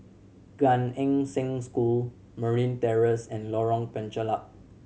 Gan Eng Seng School Marine Terrace and Lorong Penchalak